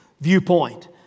viewpoint